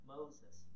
Moses